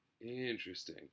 Interesting